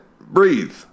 Breathe